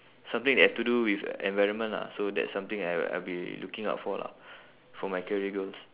something that have to do with environment lah so that's something I I'll be looking out for lah for my career goals